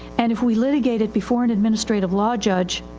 and if we litigate it before an administrative law judge,